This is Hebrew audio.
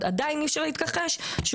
אי-אפשר להתכחש לכך,